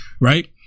right